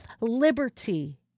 liberty